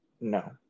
no